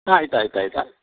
ಆಯ್ತು ಆಯ್ತು ಆಯ್ತ